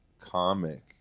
comic